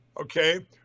okay